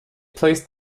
placed